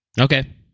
Okay